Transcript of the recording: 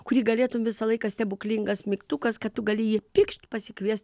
kurį galėtum visą laiką stebuklingas mygtukas kad tu gali jį pikšt pasikviest